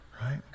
right